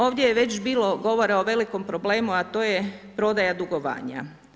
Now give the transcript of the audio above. Ovdje je već bilo govora o velikom problemu, a to je prodaja dugovanja.